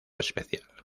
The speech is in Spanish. especial